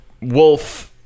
wolf